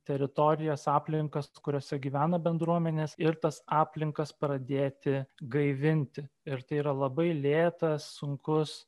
teritorijas aplinkas kuriose gyvena bendruomenės ir tas aplinkas pradėti gaivinti ir tai yra labai lėtas sunkus